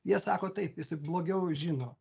jie sako taip jisai blogiau žino